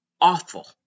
awful